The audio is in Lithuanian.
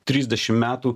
trisdešim metų